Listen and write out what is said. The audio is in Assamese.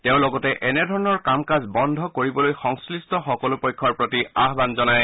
তেওঁ লগতে এনেধৰণৰ কাম কাজ বন্ধ কৰিবলৈ সংশ্লিষ্ট সকলো পক্ষৰ প্ৰতি আহান জনায়